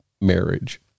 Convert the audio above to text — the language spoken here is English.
marriage